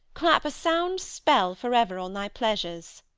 clap a sound spell for ever on thy pleasures.